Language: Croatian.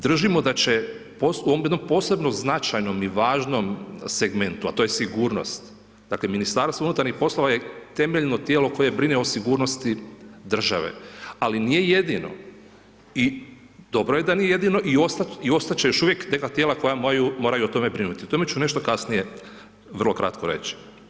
Držimo da će u ovom jednom posebno značajnom i važnom segmentu, a to je sigurnost, dakle, MUP je temeljno tijelo koje brine o sigurnosti države, ali nije jedino i dobro je da nije jedino i ostati će još uvijek neka tijela koja moraju o tome brinuti, o tome ću nešto kasnije vrlo kratko reći.